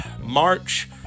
March